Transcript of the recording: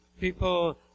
people